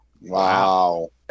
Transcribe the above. Wow